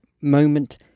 moment